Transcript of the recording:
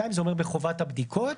שזה אומר בחובת הבדיקות,